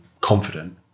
confident